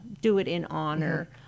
do-it-in-honor